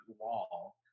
wall